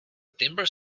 timber